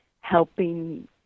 helping